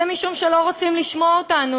זה משום שלא רוצים לשמוע אותנו,